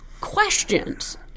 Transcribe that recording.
questions